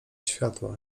światła